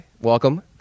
Welcome